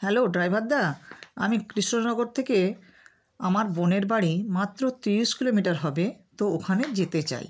hello ড্রাইভারদা আমি কৃষ্ণনগর থেকে আমার বোনের বাড়ি মাত্র তিরিশ কিলোমিটার হবে তো ওখানে যেতে চাই